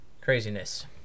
craziness